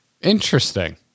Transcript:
Interesting